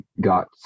got